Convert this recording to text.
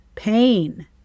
Pain